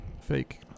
fake